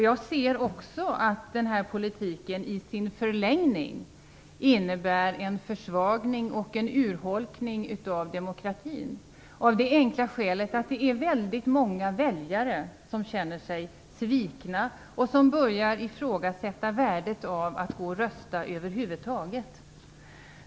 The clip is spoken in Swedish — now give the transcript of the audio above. Jag ser också att denna politik i sin förlängning innebär en försvagning och en urholkning av demokratin av det enkla skälet att väldigt många väljare känner sig svikna och börjar ifrågasätta värdet av att gå och rösta över huvud taget.